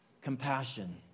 compassion